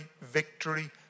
victory